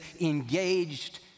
engaged